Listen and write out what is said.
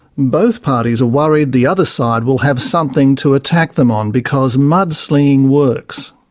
both parties are worried the other side will have something to attack them on, because mudslinging works.